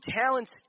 talents